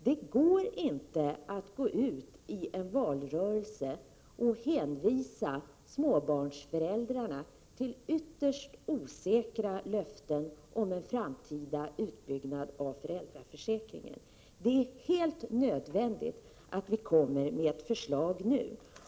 Det är inte möjligt att gå ut i en valrörelse och hänvisa småbarnsföräldrarna till ytterst osäkra löften om en framtida utbyggnad av föräldraförsäkringen. Det är helt nödvändigt att vi kommer med ett förslag nu.